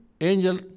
angel